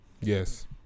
Yes